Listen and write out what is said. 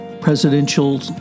Presidential